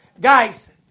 guys